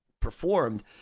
performed